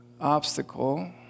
obstacle